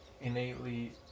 innately